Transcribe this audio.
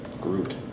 Groot